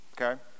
okay